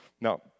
Now